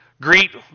Greet